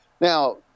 Now